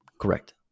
Correct